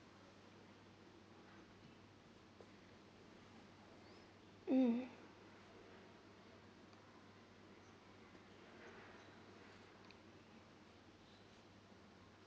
mm